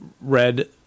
read